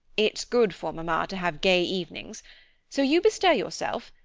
it's good for mamma to have gay evenings so you bestir yourself,